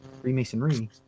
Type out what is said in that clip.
Freemasonry